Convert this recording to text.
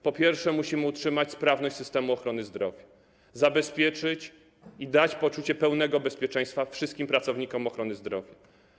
Po pierwsze, musimy utrzymać sprawność systemu ochrony zdrowia, zabezpieczyć, dać poczucie pełnego bezpieczeństwa wszystkim pracownikom ochrony zdrowia.